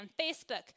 Facebook